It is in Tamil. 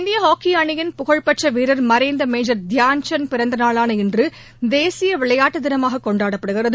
இந்திய ஹாக்கி அணியின் புகழ்பெற்ற வீரர் மறைந்த மேஜர் தயான்சந்த் பிறந்த நாளான இன்று தேசிய விளையாட்டு தினமாக கொண்டாடப்படுகிறது